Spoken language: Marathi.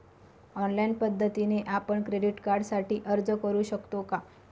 ऑनलाईन पद्धतीने आपण क्रेडिट कार्डसाठी अर्ज करु शकतो का?